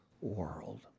world